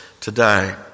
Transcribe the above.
today